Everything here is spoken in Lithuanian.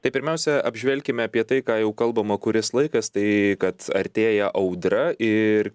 tai pirmiausia apžvelkime apie tai ką jau kalbama kuris laikas tai kad artėja audra ir